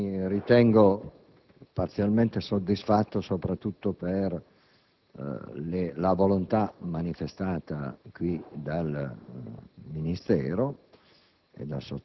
mi ritengo parzialmente soddisfatto soprattutto per la volontà manifestata dal Ministro